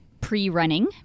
pre-running